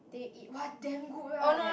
they eat one damn good right